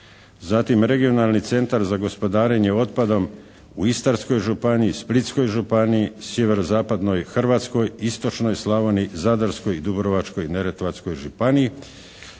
Zatim, Regionalni centar za gospodarenje otpadom u Istarskoj županiji, Splitskoj županiji, sjeverozapadnoj Hrvatskoj, istočnoj Slavoniji, Zadarskoj i Dubrovačko-neretvanskoj županiji.